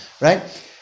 Right